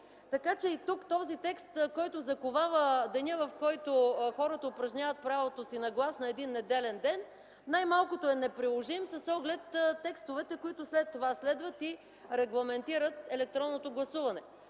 Така че и тук този текст, който заковава деня, в който хората упражняват правото си на глас, в един неделен ден – най-малкото е неприложим, с оглед на текстовете, които след това следват и регламентират електронното гласуване.